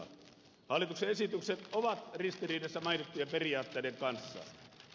hallituksen esitykset ovat ristiriidassa mainittujen periaatteiden kanssa